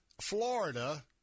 Florida